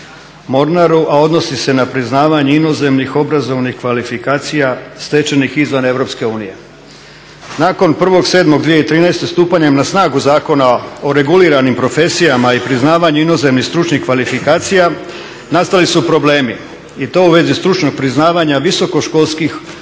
a odnosi se na priznavanje inozemnih obrazovnih kvalifikacija stečenih izvan EU. Nakon 1.7.2013. stupanjem na snagu Zakona o reguliranim profesijama i priznavanju inozemnih stručnih kvalifikacija nastali su problemi i to u vezi stručnog priznavanja visokoškolskih